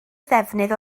ddefnydd